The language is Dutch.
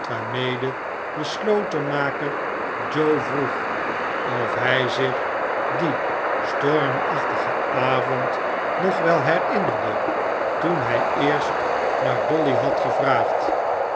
waarmede de slotenmaker joe vroeg of hij zich dien stormachtigen avond nog wel herinnerde y toen hij eerst naar dolly had gevraagd